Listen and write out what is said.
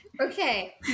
Okay